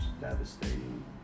Devastating